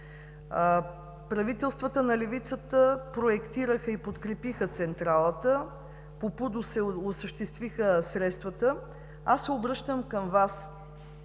Правителствата на левицата проектираха и подкрепиха централата. По ПУДООС се осъществиха средствата. Обръщам се към Вас